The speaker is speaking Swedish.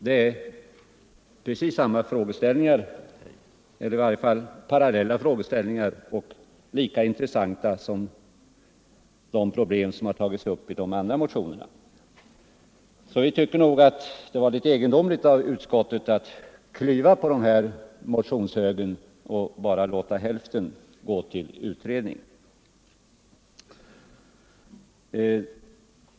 Det är samma eller i varje fall parallella frågeställningar, och de är lika intressanta som de problem som tagits upp i de andra motionerna. Vi finner det därför egendomligt att utskottet har delat på den här motionshögen och bara låtit hälften gå till utredning.